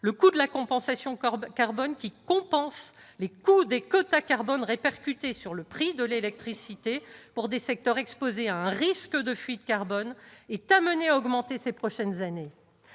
le coût de la compensation carbone, compensant les coûts des quotas carbone qui sont répercutés sur le prix de l'électricité pour des secteurs exposés à un risque de fuite carbone, est appelé à augmenter ces prochaines années.